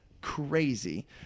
crazy